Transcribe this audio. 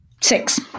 Six